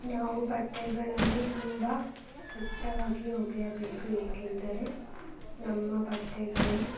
ನಾವು ಬಟ್ಟೆಗಳನ್ನು ತುಂಬ ಸ್ವಚ್ಛವಾಗಿ ಒಗೆಯಬೇಕು ಏಕೆಂದರೆ ನಮ್ಮ ಬಟ್ಟೆಗಳು